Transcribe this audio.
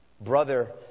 Brother